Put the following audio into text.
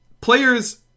Players